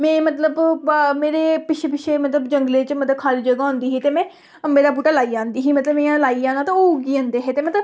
में मतलब भा मेरे पिच्छे पिच्छे मतलब जंगलें च खा'ल्ली जगह् होंदी ही ते में अंबें दा बूह्टा लाई आंदी ही ते मतलब इ'यां लाई आना ते ओह् मतलब उग्गी जंदे हे ते मतलब